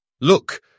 look